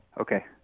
Okay